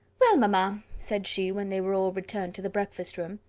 well, mamma, said she, when they were all returned to the breakfast room,